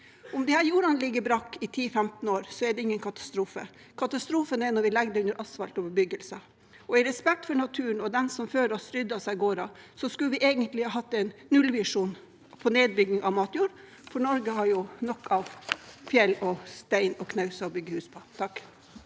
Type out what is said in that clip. jordene ligger brakk i 10–15 år, er det ingen katastrofe. Katastrofen er når vi legger dem under asfalt og bebyggelse. I respekt for naturen og de som før oss ryddet seg gårder, skulle vi egentlig hatt en nullvisjon på nedbygging av matjord, for Norge har nok av fjell, stein og knauser å bygge hus på. Olve